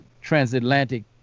transatlantic